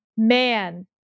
Man